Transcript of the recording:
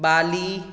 Bali